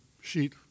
sheet